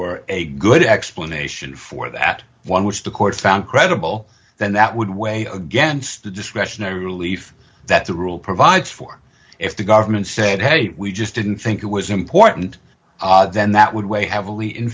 were a good explanation for that one which the court found credible then that would weigh against the discretionary relief that the rule provides for if the government said hey we just didn't think it was important then that would weigh heavily in